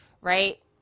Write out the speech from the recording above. right